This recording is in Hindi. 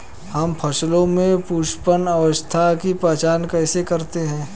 हम फसलों में पुष्पन अवस्था की पहचान कैसे करते हैं?